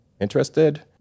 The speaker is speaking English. Interested